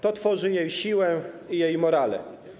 To tworzy jej siłę i jej morale.